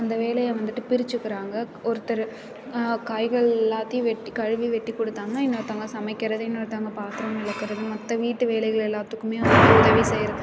அந்த வேலையை வந்துட்டு பிரித்துக்கிறாங்க ஒருத்தர் காய்கள் எல்லாத்தையும் வெட்டி கழுவி வெட்டி கொடுத்தாங்கன்னா இன்னொருத்தங்க சமைக்கிறது இன்னொருத்தங்க பாத்திரம் விளக்குறது மற்ற வீட்டு வேலைகள் எல்லாத்துக்கும் வந்து உதவி செய்கிறது